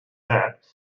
that